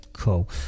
Cool